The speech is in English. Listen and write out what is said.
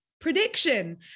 prediction